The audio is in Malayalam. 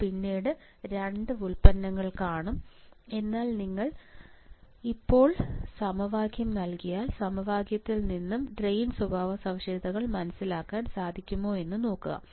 നമ്മൾ പിന്നീട് 2 വ്യുൽപ്പന്നങ്ങൾ കാണും എന്നാൽ ഇപ്പോൾ നിങ്ങൾക്ക് സമവാക്യം നൽകിയാൽ സമവാക്യത്തിൽ നിന്ന് ഡ്രെയിൻ സ്വഭാവസവിശേഷതകൾ മനസിലാക്കാൻ സാധിക്കുമോ